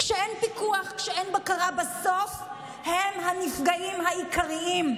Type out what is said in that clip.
כשאין פיקוח ואין בקרה, בסוף הם הנפגעים העיקריים.